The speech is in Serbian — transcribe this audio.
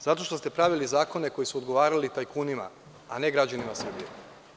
Zato što ste pravili zakone koji su odgovarali tajkunima, a ne građanima Srbije.